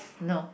no